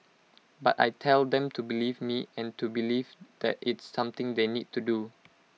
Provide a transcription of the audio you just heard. but I tell them to believe me and to believe that it's something they need to do